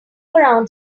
around